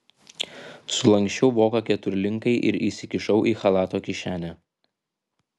sulanksčiau voką keturlinkai ir įsikišau į chalato kišenę